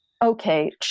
Okay